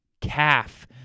calf